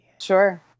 Sure